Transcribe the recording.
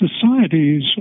societies